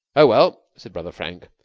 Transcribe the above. oh, well, said brother frank,